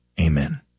Amen